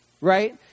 right